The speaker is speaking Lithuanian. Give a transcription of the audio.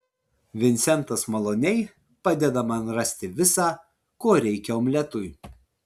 vincentas maloniai padeda man rasti visa ko reikia omletui